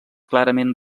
clarament